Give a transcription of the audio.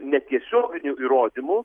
netiesioginių įrodymų